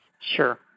Sure